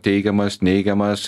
teigiamas neigiamas